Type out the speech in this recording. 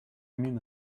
minutes